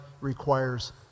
requires